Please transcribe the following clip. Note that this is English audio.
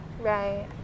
Right